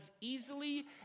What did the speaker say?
easily